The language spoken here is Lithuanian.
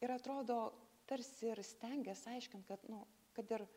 ir atrodo tarsi ir stengies aiškint kad nu kad ir